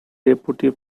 deputy